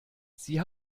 sie